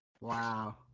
Wow